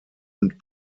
und